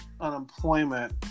unemployment